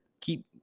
keep